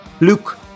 Luke